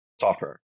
software